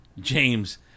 James